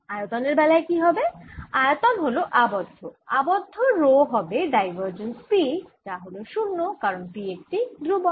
আয়তন এর বেলায় কি হবে আয়তন হল আবদ্ধ আবদ্ধ রো হবে ডাইভারজেন্স P যা হল 0 কারণ P একটি ধ্রুবক